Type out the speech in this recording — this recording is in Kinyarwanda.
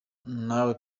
nawe